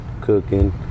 cooking